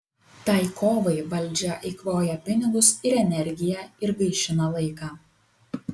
tai kovai valdžia eikvoja pinigus ir energiją ir gaišina laiką